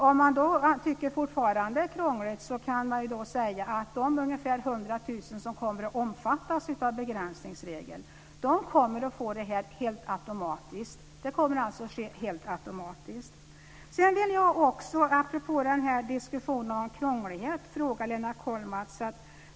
Om man då fortfarande tycker att det är krångligt kan jag tala om att de ungefär 100 000 som kommer att omfattas av begränsningsregeln kommer att få pengarna helt automatiskt. Apropå diskussionen om krånglighet vill jag passa på att ställa en fråga till Lennart Kollmats.